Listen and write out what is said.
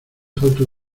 falta